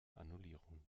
annullierung